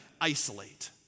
isolate